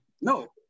No